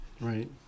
Right